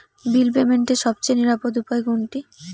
বিল পেমেন্টের সবচেয়ে নিরাপদ উপায় কোনটি?